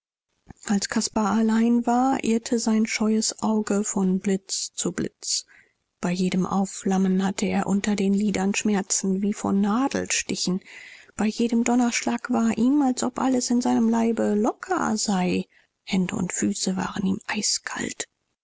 als caspar allein war irrte sein scheues auge von blitz zu blitz bei jedem aufflammen hatte er unter den lidern schmerzen wie von nadelstichen bei jedem donnerschlag war ihm als ob alles in seinem leibe locker sei hände und füße waren ihm eiskalt